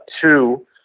Two